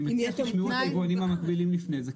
אני מציע שתשמעו את היבואנים המקבילים לפני זה.